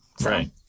right